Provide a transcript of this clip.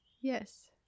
yes